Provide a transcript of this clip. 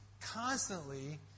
constantly